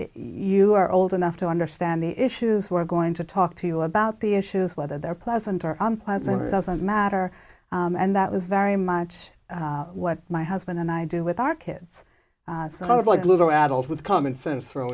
you are old enough to understand the issues we're going to talk to you about the issues whether they're pleasant or unpleasant it doesn't matter and that was very much what my husband and i do with our kids so i was like little adults with common sense